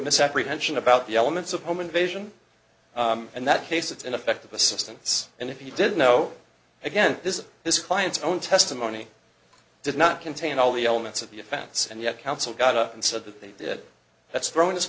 misapprehension about the elements of home invasion and that case it's ineffective assistance and if he did know again this his client's own testimony did not contain all the elements of the offense and yet council got up and said that they did that's thrown his